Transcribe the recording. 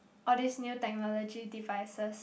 all these new technology devices